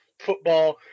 football